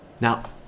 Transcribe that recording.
Now